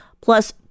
plus